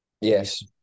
Yes